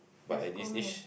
that's cool man